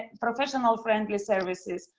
professional friendly services.